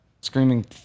screaming